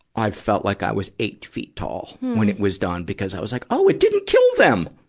i felt like i was eight feet tall when it was done. because i was like, oh, it didn't kill them!